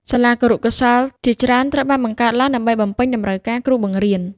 សាលាគរុកោសល្យជាច្រើនត្រូវបានបង្កើតឡើង ដើម្បីបំពេញតម្រូវការគ្រូបង្រៀន។